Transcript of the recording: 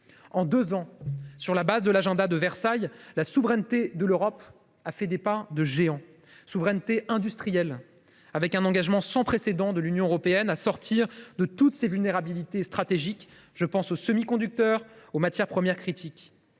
du sommet de Versailles de mars 2022, la souveraineté de l’Europe a fait des pas de géant : souveraineté industrielle, avec un engagement sans précédent de l’Union européenne à sortir de toutes ses vulnérabilités stratégiques – je pense aux semi conducteurs ou aux matières premières critiques